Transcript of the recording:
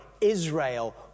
Israel